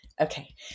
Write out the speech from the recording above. Okay